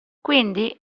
quindi